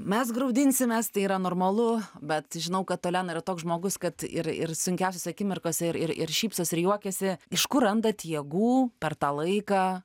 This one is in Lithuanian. mes graudinsimės tai yra normalu bet žinau kad olena yra toks žmogus kad ir ir sunkiausiose akimirkose ir ir šypsos ir juokiasi iš kur randat jėgų per tą laiką